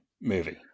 movie